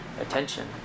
attention